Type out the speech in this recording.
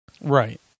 right